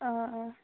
অঁ অঁ